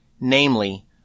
namely